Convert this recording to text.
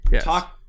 talk